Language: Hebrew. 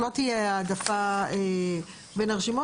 לא תהיה העדפה בין הרשימות,